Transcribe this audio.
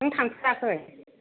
नों थांफैराखै